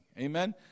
Amen